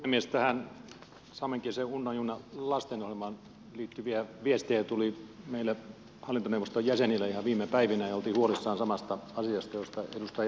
tähän saamenkieliseen unna junna lastenohjelmaan liittyviä viestejä tuli meille hallintoneuvoston jäsenille ihan viime päivinä ja oltiin huolissaan samasta asiasta josta edustaja mustajärvi puhui